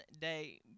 day